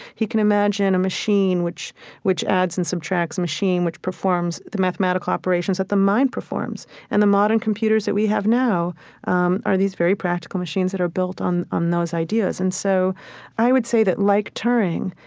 he can imagine a machine which which adds and subtracts, a machine which performs the mathematical operations that the mind performs. and the modern computers that we have now um are these very practical machines that are built on on those ideas. and so i would say that, like turing,